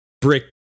brick